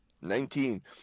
Nineteen